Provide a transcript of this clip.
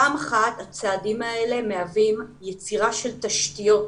פעם אחת, הצעדים האלה מהווים יצירה של תשתיות